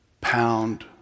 pound